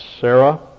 Sarah